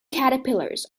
caterpillars